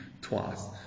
twice